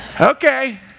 Okay